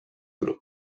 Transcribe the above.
grup